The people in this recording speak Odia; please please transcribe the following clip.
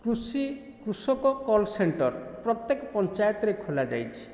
କୃଷି କୃଷକ କଲ୍ ସେଣ୍ଟର୍ ପ୍ରତ୍ୟେକ ପଞ୍ଚାୟତରେ ଖୋଲା ଯାଇଛି